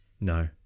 No